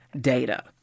data